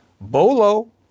Bolo